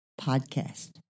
Podcast